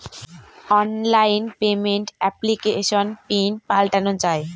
online payment এপ্লিকেশনে pin পাল্টানো যায়